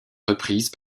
reprises